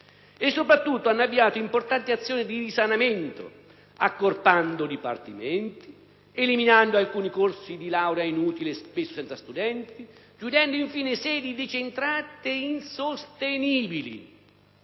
e, soprattutto, hanno avviato importanti azioni di risanamento, accorpando dipartimenti, eliminando alcuni corsi di laurea inutili e spesso senza studenti, chiudendo, infine, sedi decentrate insostenibili.